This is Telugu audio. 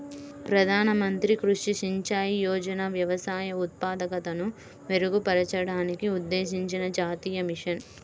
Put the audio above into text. ప్రధాన మంత్రి కృషి సించాయ్ యోజన వ్యవసాయ ఉత్పాదకతను మెరుగుపరచడానికి ఉద్దేశించిన జాతీయ మిషన్